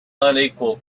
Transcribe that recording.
unequal